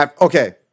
okay